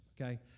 okay